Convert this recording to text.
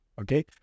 Okay